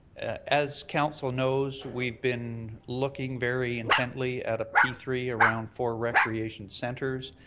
as council knows, we've been looking very intently at a p three around four recreation centres.